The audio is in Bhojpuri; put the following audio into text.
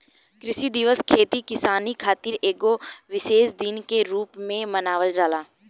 कृषि दिवस खेती किसानी खातिर एगो विशेष दिन के रूप में मनावल जाला